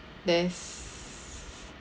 there's